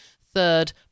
third